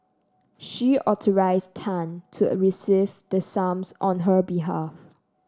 she authorised Tan to receive the sums on her behalf